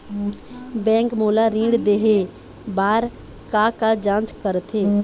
Bank मोला ऋण देहे बार का का जांच करथे?